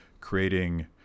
creating